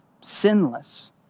sinless